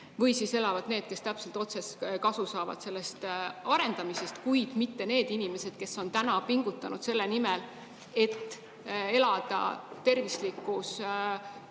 või siis elavad need, kes saavad otsest kasu sellest arendamisest. Kuid mitte need inimesed, kes on täna pingutanud selle nimel, et elada tervislikus,